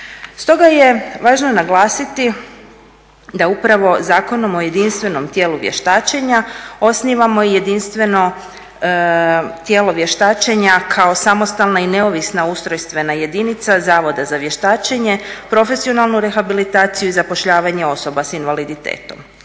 Stoga je važno naglasiti da upravo Zakonom o jedinstvenom tijelu vještačenja osnivamo i jedinstveno tijelo vještačenja kao samostalna i neovisna ustrojstvena jedinica Zavoda za vještačenje, profesionalnu rehabilitaciju i zapošljavanje osoba s invaliditetom.